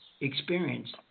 Experience